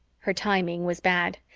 her timing was bad.